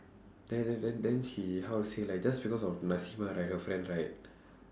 then then then then she how to say like just because of right her friend right